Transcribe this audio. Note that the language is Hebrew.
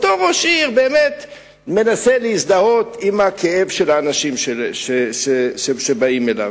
ואותו ראש עיר באמת מנסה להזדהות עם הכאב של האנשים שבאים אליו.